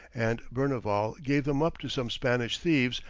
and berneval gave them up to some spanish thieves,